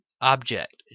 Object